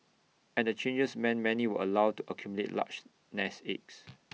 and the changes meant many were allowed to accumulate large nest eggs